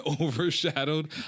overshadowed